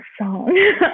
song